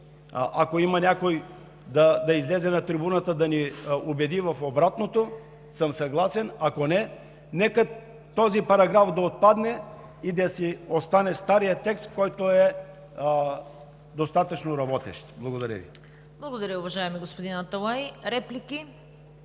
ако има някой да излезе на трибуната, да ни убеди в обратното, съм съгласен, ако – не, нека този параграф да отпадне и да си остане старият текст, който е достатъчно работещ. Благодаря Ви. ПРЕДСЕДАТЕЛ ЦВЕТА КАРАЯНЧЕВА: Благодаря, уважаеми господин Аталай. Реплики?